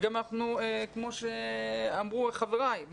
וגם כמו שאמרו חבריי,